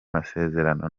masezerano